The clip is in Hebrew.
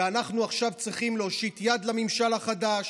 ועכשיו אנחנו צריכים להושיט יד לממשל החדש,